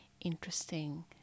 interesting